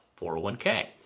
401k